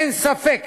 אין ספק